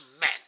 men